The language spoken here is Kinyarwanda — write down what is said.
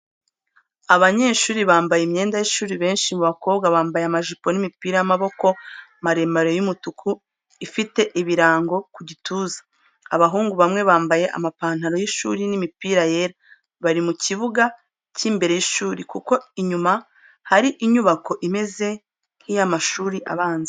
Abanyeshuri bambaye imyenda y’ishuri benshi mu bakobwa bambaye amajipo n’imipira y’amaboko maremare y’umutuku ifite ibirango ku gituza, abahungu bamwe bambaye amapantaro y’ishuri n’imipira yera. Bari mu kibuga cy’imbere y’ishuri, kuko inyuma hari inyubako imeze nk’iy’amashuri abanza.